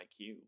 IQ